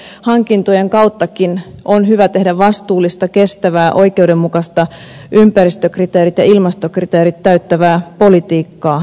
eli hankintojen kauttakin on hyvä tehdä vastuullista kestävää oikeudenmukaista ympäristökriteerit ja ilmastokriteerit täyttävää politiikkaa